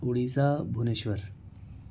Orissa Bhubaneswar